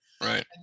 Right